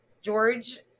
George